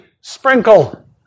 sprinkle